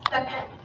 okay,